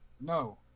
No